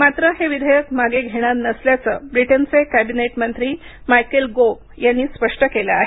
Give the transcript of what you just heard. मात्र हे विधेयक मागे घेणार नसल्याचं ब्रिटनचे कॅबिनेट मंत्री मायकेल गोव्ह यांनी स्पष्ट केलं आहे